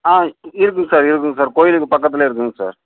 ஆ இருக்குங்க சார் இருக்குங்க சார் கோயிலுக்கு பக்கத்தில் இருக்குங்க சார்